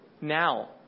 now